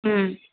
हूं